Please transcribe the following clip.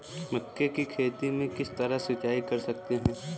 मक्के की खेती में किस तरह सिंचाई कर सकते हैं?